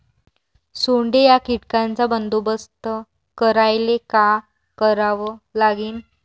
सोंडे या कीटकांचा बंदोबस्त करायले का करावं लागीन?